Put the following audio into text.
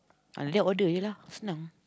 ah like that order je lah senang